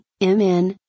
MN